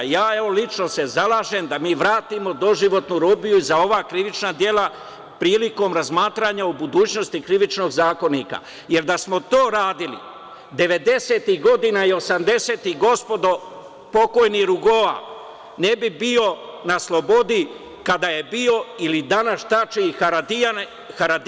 Ja, evo, lično se zalažem da mi vratimo doživotnu robiju za ova krivična dela prilikom razmatranja u budućnosti Krivičnog zakonika, jer da smo to radili 90-ih godina i 80-ih, gospodo, pokojni Rugova ne bi bio na slobodi kada je bio ili danas Tači i Haradijan.